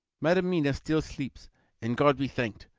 madam mina still sleeps and, god be thanked!